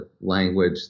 language